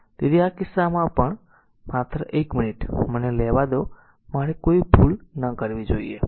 તેથી આ કિસ્સામાં પણ આ કિસ્સામાં પણ માત્ર 1 મિનિટ મને લેવા દો મારે કોઈ ભૂલ ન કરવી જોઈએ